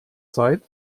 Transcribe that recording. zeit